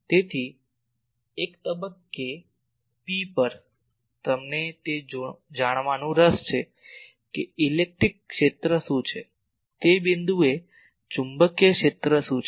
તેથી એક તબક્કે P પર અમને તે જાણવાનું રસ છે કે ઇલેક્ટ્રિક ક્ષેત્ર શું છે તે બિંદુએ ચુંબકીય ક્ષેત્ર શું છે